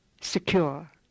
secure